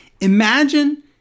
Imagine